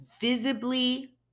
visibly